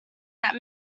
that